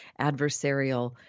adversarial